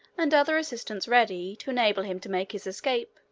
and other assistance ready, to enable him to make his escape,